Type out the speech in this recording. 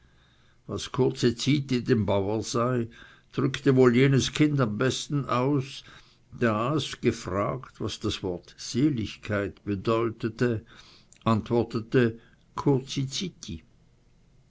was kurze zyti dem bauer sei drückte wohl jenes kind am besten aus das gefragt was das wort seligkeit bedeute antwortete